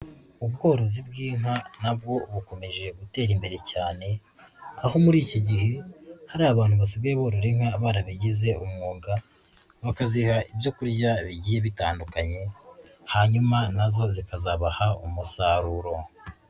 Ubworozi bw'inka nabwo bukomeje gutera imbere cyane, aho muri iki gihe hari abantu basigaye borora inka barabigize umwuga bakaziha ibyo kurya bigiye bitandukanye hanyuma nazo zikazabaha umusaruro.